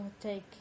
take